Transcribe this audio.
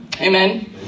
Amen